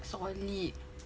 solid